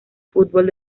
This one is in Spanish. fútbol